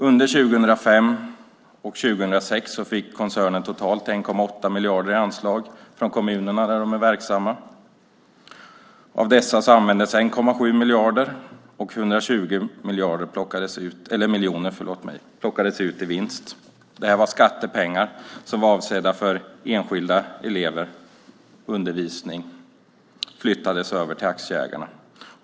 Under 2005 och 2006 fick koncernen totalt 1,8 miljarder i anslag från de kommuner där den är verksam. Av dessa användes 1,7 miljarder, och 120 miljoner plockades ut i vinst. Det här var skattepengar som var avsedda för enskilda elever och undervisning som flyttades över till aktieägarna.